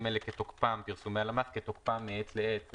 האלה של הלמ"ס הם "כתוקפם מעת לעת"